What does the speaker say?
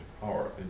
power